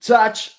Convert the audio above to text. Touch